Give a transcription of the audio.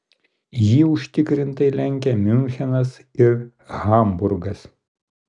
jį užtikrintai lenkia miunchenas ir hamburgas